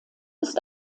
ist